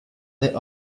lit